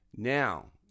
Now